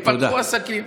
ייפתחו עסקים.